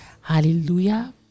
Hallelujah